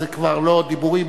אז זה כבר לא דיבורים,